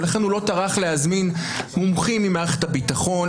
ולכן הוא לא טרח להזמין מומחים ממערכת הביטחון,